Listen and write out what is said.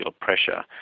pressure